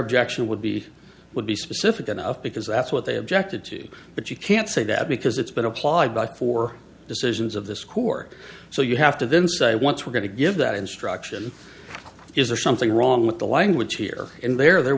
objection would be would be specific enough because that's what they objected to but you can't say that because it's been applied by four decisions of this court so you have to then say once we're going to give that instruction is there something wrong with the language here and there there